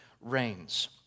reigns